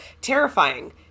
terrifying